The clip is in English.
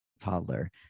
toddler